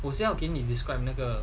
我是要给你 describe 那个